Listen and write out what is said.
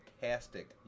fantastic